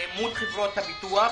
כלפי חברות הביטוח.